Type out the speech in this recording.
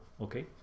okay